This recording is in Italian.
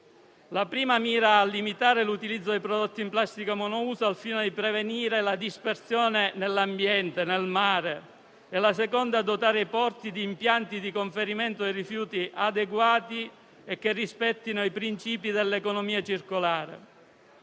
La prima mira a limitare l'utilizzo dei prodotti in plastica monouso al fine di prevenirne la dispersione nell'ambiente e nel mare, mentre la seconda mira a dotare i porti di impianti di conferimento dei rifiuti adeguati e che rispettino i principi dell'economia circolare.